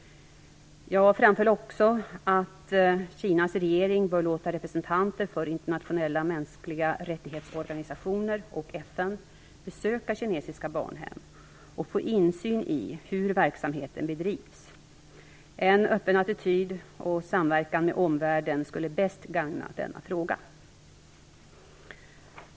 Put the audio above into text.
Jag framhöll också att Kinas regering bör låta representanter för internationella mänskligarättighets-organisationer och FN besöka kinesiska barnhem och få insyn i hur verksamheten bedrivs. En öppen attityd och samverkan med omvärlden skulle bäst gagna denna fråga.